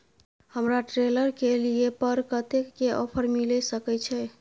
हमरा ट्रेलर के लिए पर कतेक के ऑफर मिलय सके छै?